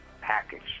package